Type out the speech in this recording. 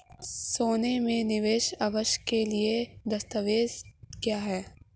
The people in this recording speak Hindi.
सोने में निवेश के लिए आवश्यक न्यूनतम दस्तावेज़ क्या हैं?